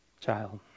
child